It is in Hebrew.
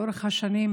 לאורך השנים,